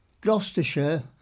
Gloucestershire